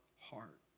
heart